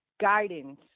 guidance